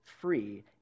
free